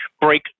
break